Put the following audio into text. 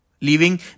leaving